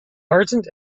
ardent